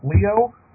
Leo